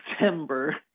December